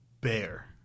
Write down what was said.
Bear